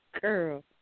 girl